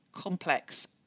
complex